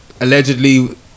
Allegedly